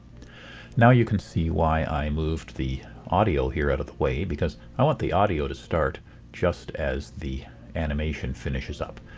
now you can see why i moved the audio here out of the way because i want the audio to start just as the animation finishes up.